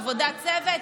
עבודת צוות,